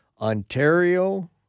Ontario